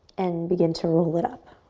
and begin to roll it up.